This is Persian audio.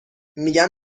میگم